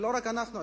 ולא רק אנחנו,